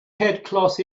headcloth